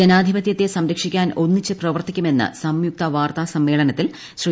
ജനാധിപത്യത്തെ സംരക്ഷിക്കാൻ ഒന്നിച്ചു പ്രവർത്തിക്കുമെന്ന് സംയുക്ത വാർത്താസമ്മേളനത്തിൽ ശ്രീ